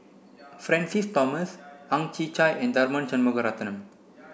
Francis Thomas Ang Chwee Chai and Tharman Shanmugaratnam